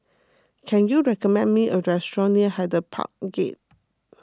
can you recommend me a restaurant near Hyde Park Gate